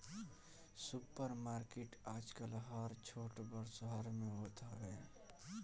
super market आजकल हर छोट बड़ शहर में होत हवे